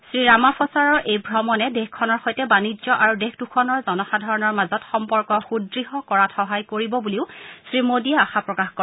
শ্ৰীৰামাফছাৰ এই ভ্ৰমণে দেশখনৰ সৈতে বাণিজ্য আৰু দেশ দুখনৰ জনসাধাৰণৰ মাজত সম্পৰ্ক সুদ্য় কৰাত সহায় কৰিব বুলিও শ্ৰীমোদীয়ে আশা প্ৰকাশ কৰে